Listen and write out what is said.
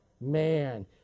man